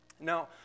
Now